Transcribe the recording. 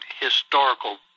historical